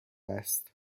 است